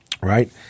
right